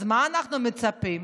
אז מה אנחנו מצפים?